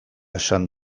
esan